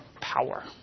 power